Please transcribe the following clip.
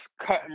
cutting